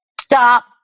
Stop